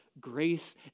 grace